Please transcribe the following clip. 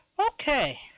Okay